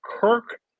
Kirk